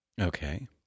Okay